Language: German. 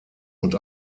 und